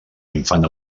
infant